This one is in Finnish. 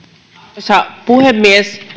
arvoisa puhemies